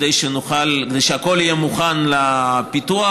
כדי שהכול יהיה מוכן לפיתוח.